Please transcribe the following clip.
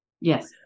Yes